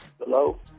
Hello